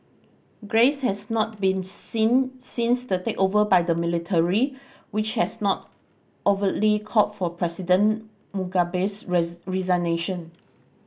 grace has not been seen since the takeover by the military which has not overtly called for President Mugabe's resignation